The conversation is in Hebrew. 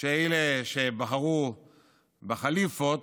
שאלה שבחרו בחליפות,